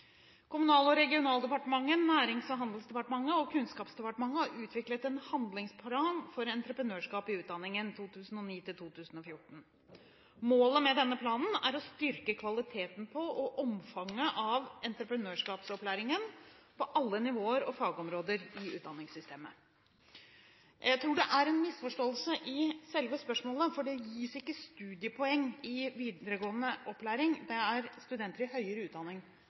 Kommunal- og regionaldepartementet, Nærings- og handelsdepartementet og Kunnskapsdepartementet har utviklet en handlingsplan, Entreprenørskap i utdanningen – fra grunnskole til høyere utdanning 2009–2014. Målet med denne planen er å styrke kvaliteten på og omfanget av entreprenørskapsopplæringen på alle nivåer og fagområder i utdanningssystemet. Jeg tror det er en misforståelse i selve spørsmålet, for det gis ikke studiepoeng i videregående opplæring. Det er studenter i høyere utdanning